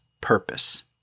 purpose